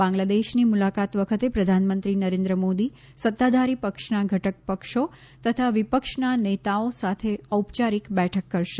બાંગ્લાદેશની મુલાકાત વખતે પ્રધાનમંત્રી નરેન્દ્ર મોદી સત્તાધારી પક્ષના ધટક પક્ષો તથા વિપક્ષના નેતાઓ સાથે ઔપચારિક બેઠક કરશે